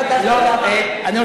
אתה רוצה